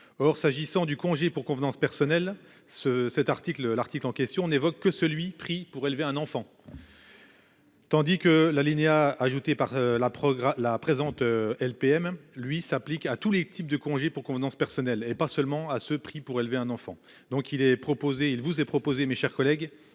Or, s'agissant du congé pour convenances personnelles ce cet article, l'article en question n'évoque que celui pris pour élever un enfant. Tandis que l'alinéa ajouté par la programme la présente LPM lui s'applique à tous les types de congé pour convenances personnelles et pas seulement à ce prix pour élever un enfant. Donc il est proposé, il vous est proposé. Mes chers collègues,